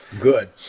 good